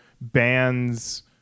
bands